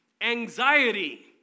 anxiety